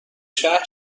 شهر